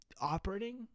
operating